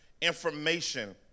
information